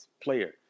player